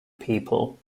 people